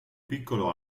piccolo